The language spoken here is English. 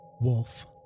Wolf